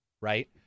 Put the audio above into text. right